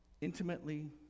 intimately